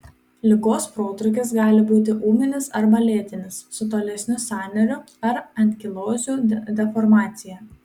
ligos protrūkis gali būti ūminis arba lėtinis su tolesniu sąnarių ar ankilozių deformacija